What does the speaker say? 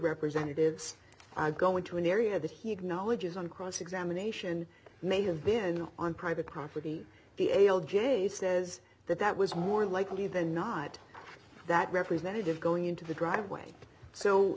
representatives going to an area that he acknowledges on cross examination may have been on private property the a l j says that that was more likely than not that representative going into the driveway so